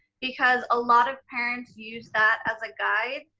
because a lot of parents use that as a guide,